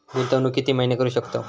गुंतवणूक किती महिने करू शकतव?